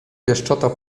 pieszczota